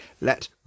let